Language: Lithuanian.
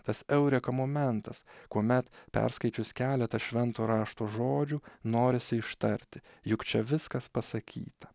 tas eureka momentas kuomet perskaičius keletą švento rašto žodžių norisi ištarti juk čia viskas pasakyta